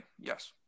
Yes